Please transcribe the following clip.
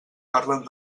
parlen